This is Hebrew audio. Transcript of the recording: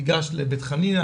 תיגש לבית חנינא,